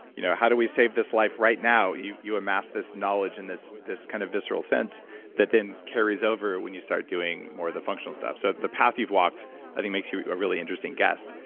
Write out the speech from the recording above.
you know how do we save this life right now? you you amass this knowledge and this this kind of visceral sense that then carries over when you start doing more of the functional stuff. so the path you've walked i think makes you a really interesting guest,